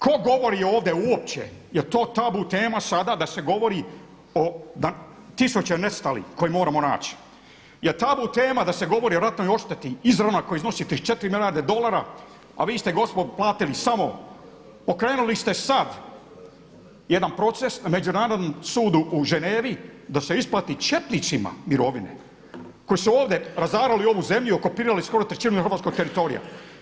Ko govori ovdje uopće, jer to tabu tema sada da se govori o tisuće nestalih koje moramo naći, jer tabu tema da se govori o ratnoj odšteti … koja iznosi 34 milijarde dolara a vi ste gospodo platili samo, pokrenuli ste sad jedan proces na Međunarodnom sudu u Ženevi da se isplati četnicima mirovine koji su ovdje razarali ovu zemlju i okupirali skoro trećinu hrvatskog teritorija.